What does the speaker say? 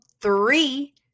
three